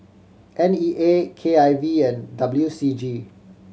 N E A K I V and W C G